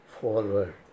Forward